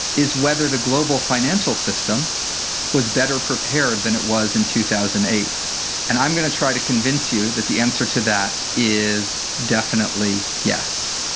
is whether the global financial system was better prepared than it was in two thousand and eight and i'm going to try to convince you that the answer to that is definitely yes.